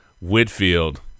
Whitfield